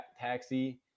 taxi